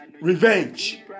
Revenge